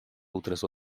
outras